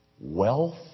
Wealth